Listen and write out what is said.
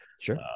sure